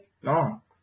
no